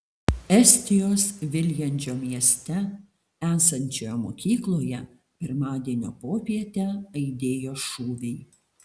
estijos viljandžio mieste esančioje mokykloje pirmadienio popietę aidėjo šūviai